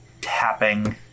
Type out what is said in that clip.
tapping